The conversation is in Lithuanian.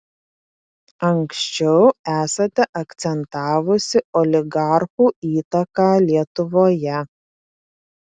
anksčiau esate akcentavusi oligarchų įtaką lietuvoje